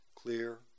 clear